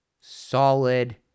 solid